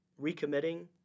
recommitting